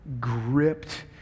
gripped